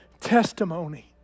testimony